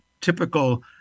typical